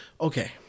Okay